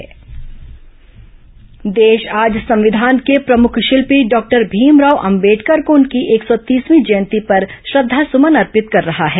अंबेडकर जयंती देश आज संविधान के प्रमुख शिल्पी डॉक्टर भीमराव अंबेडकर को उनकी एक सौ तीसवीं जयंती पर श्रद्वासुमन अर्पित कर रहा है